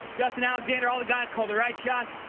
justin alexander all the guys called the right shots.